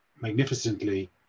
magnificently